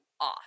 Off